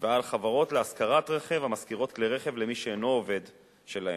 ועל חברות להשכרת רכב המשכירות כלי רכב למי שאינו עובד שלהן.